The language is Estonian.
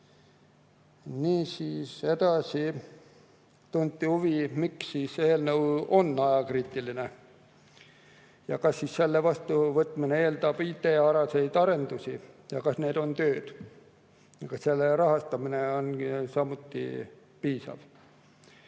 Edasi tunti huvi, miks on eelnõu ajakriitiline ja kas selle vastuvõtmine eeldab IT-alaseid arendusi ning kas need on töös ja kas selle rahastamine on samuti piisav.